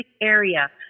area